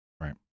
Right